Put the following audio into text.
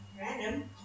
Random